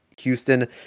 Houston